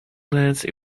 glance